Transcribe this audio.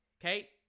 Okay